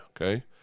okay